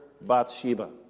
Bathsheba